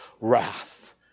wrath